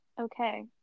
okay